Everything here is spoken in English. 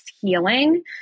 healing